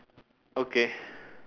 okay